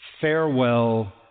Farewell